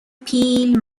پیل